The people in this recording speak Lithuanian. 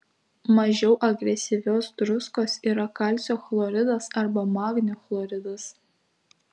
mažiau agresyvios druskos yra kalcio chloridas arba magnio chloridas